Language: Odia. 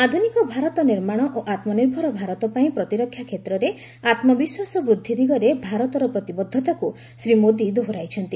ଆଧୁନିକ ଭାରତ ନିର୍ମାଣ ଓ ଆତ୍ମନିର୍ଭର ଭାରତ ପାଇଁ ପ୍ରତିରକ୍ଷା କ୍ଷେତ୍ରରେ ଆତ୍ମବିଶ୍ୱାସ ବୃଦ୍ଧି ଦିଗରେ ଭାରତର ପ୍ରତିବଦ୍ଧତାକୁ ଶ୍ରୀ ମୋଦୀ ଦୋହରାଇଛନ୍ତି